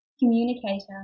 communicator